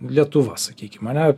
lietuva sakykim ane